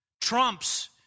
trumps